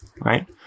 Right